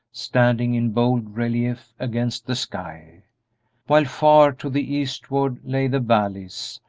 standing in bold relief against the sky while far to the eastward lay the valleys,